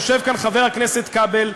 יושב כאן חבר הכנסת כבל,